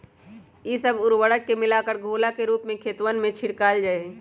ई सब उर्वरक के मिलाकर घोला के रूप में खेतवन में छिड़कल जाहई